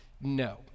No